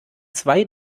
zwei